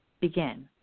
begin